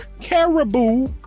caribou